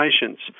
patients